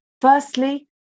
Firstly